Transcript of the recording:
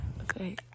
Okay